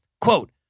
quote